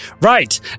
right